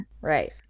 Right